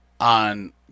on